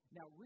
Now